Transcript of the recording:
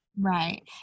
Right